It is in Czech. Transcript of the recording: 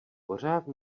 pořád